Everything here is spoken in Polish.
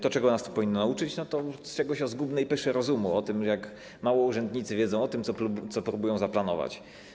To, czego nas to powinno nauczyć, to czegoś o zgubnej pysze rozumu, o tym, jak mało urzędnicy wiedzą o tym, co próbują zaplanować.